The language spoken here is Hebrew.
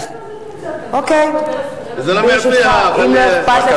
אני לא יודעת מה זה לקצר.